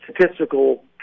statistical